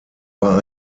war